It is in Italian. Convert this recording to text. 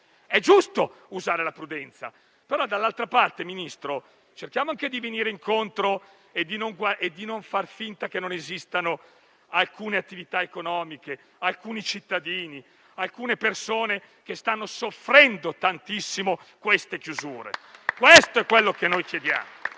È giusto usare la prudenza, però dall'altra parte, Ministro, cerchiamo anche di venire incontro e di non far finta che non esistano alcune attività economiche, alcuni cittadini, alcune persone che stanno soffrendo tantissimo le chiusure. Questo è ciò che chiediamo: